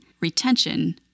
retention